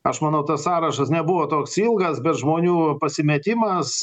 aš manau tas sąrašas nebuvo toks ilgas bet žmonių pasimetimas